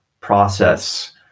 process